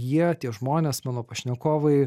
jie tie žmonės mano pašnekovai